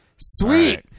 Sweet